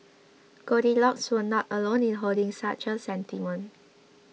goldilocks was not alone in holding such a sentiment